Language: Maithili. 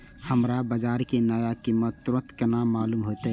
हमरा बाजार के नया कीमत तुरंत केना मालूम होते?